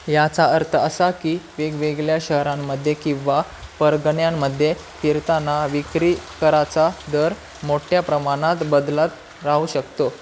याचा अर्थ असा की वेगवेगळ्या शहरांमध्ये किंवा परगण्यांमध्ये फिरताना विक्री कराचा दर मोठ्या प्रमाणात बदलत राहू शकतो